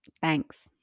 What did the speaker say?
thanks